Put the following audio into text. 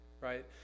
right